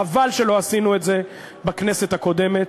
חבל שלא עשינו את זה בכנסת הקודמת,